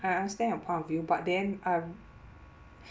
I understand your point of view but then um